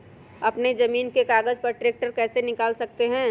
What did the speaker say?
अपने जमीन के कागज पर ट्रैक्टर कैसे निकाल सकते है?